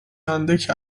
اندک